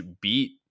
beat